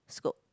scope